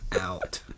out